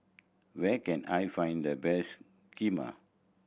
where can I find the best Kheema